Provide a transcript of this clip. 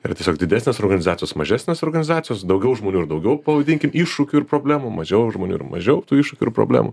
yra tiesiog didesnės organizacijos mažesnės organizacijos daugiau žmonių ir daugiau pavadinkim iššūkių ir problemų mažiau žmonių ir mažiau tų iššūkių ir problemų